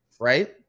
Right